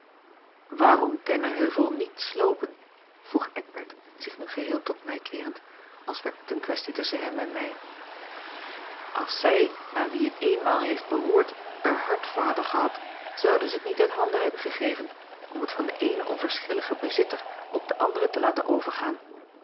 waarom dennenheuvel niet sloopen vroeg eckbert zich nu geheel tot mij keerend als werd het een kwestie tusschen hem en mij als zij aan wie het eenmaal heeft behoord er hart voor hadden gehad zouden zij het niet uit handen hebben gegeven om het van den eenen onverschillige bezitter op den andere te laten overgaan